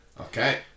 Okay